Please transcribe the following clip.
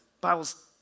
Bible's